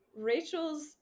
Rachel's